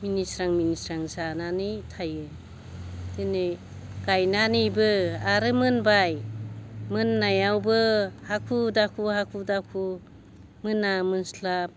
मिनिस्रां मिनिस्रां जानानै थायो दिनै गायनानैबो आरो मोनबाय मोनायावबो हाखु दाखु हाखु दाखु मोना मोनस्लाब